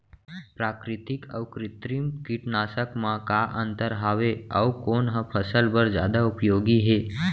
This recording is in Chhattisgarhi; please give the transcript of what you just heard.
प्राकृतिक अऊ कृत्रिम कीटनाशक मा का अन्तर हावे अऊ कोन ह फसल बर जादा उपयोगी हे?